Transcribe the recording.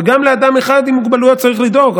וגם לאדם אחד עם מוגבלויות צריך לדאוג,